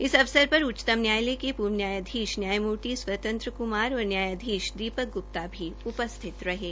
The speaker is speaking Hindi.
इस अवसर पर उच्चतम न्यायालय के पूर्व न्यायाधीश न्यायमूर्ति स्वतंत्र कुमार और न्यायाधीश दीपक गुप्ता भी उपस्थित थे